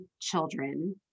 children